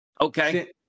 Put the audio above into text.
Okay